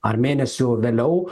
ar mėnesiu vėliau